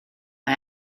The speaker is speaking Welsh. mae